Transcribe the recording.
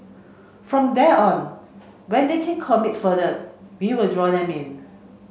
from there on when they can commit further we will draw them in